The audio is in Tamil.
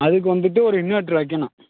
அதுக்கு வந்துட்டு ஒரு இன்வெட்ரு வைக்கணும்